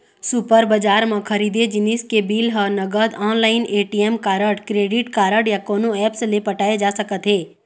super बजार म खरीदे जिनिस के बिल ह नगद, online, ATM card, credit card या कोनो ऐप्स ले पटाए जा सकत हे